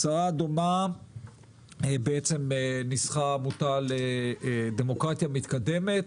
הצעה דומה ניסחה העמותה לדמוקרטיה מתקדמת,